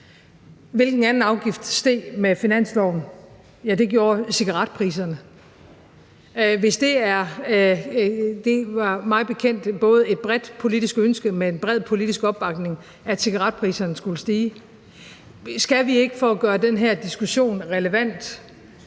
Hvilken anden afgift steg med finansloven? Ja, det gjorde cigaretpriserne. Det var mig bekendt både et bredt politisk ønske med en bred politisk opbakning, at cigaretpriserne skulle stige. Skal vi ikke, for at gøre den her diskussion relevant